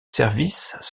services